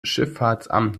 schifffahrtsamt